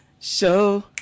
show